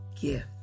gift